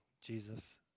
Jesus